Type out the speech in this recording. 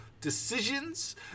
decisions